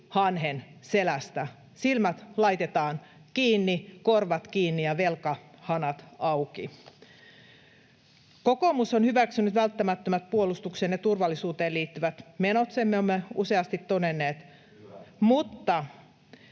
hanhen selästä, silmät laitetaan kiinni, korvat kiinni ja velkahanat auki. Kokoomus on hyväksynyt välttämättömät puolustukseen ja turvallisuuteen liittyvät menot. Sen me olemme useasti todenneet. [Mikko